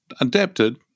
adapted